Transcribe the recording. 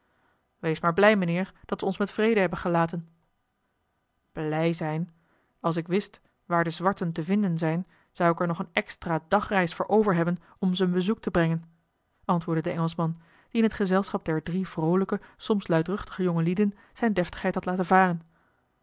wees maar blij mijnheer dat ze ons met vrede hebben gelaten blij zijn als ik wist waar de zwarten te vinden zijn zou ik er nog een extra dagreis voor overhebben om ze een bezoek te brengen antwoordde de engelschman die in het gezelschap der drie vroolijke soms luidruchtige jongelieden zijne deftigheid had laten varen